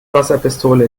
wasserpistole